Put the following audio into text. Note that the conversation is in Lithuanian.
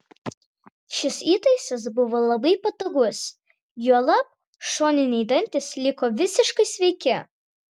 šis įtaisas buvo labai patogus juolab šoniniai dantys liko visiškai sveiki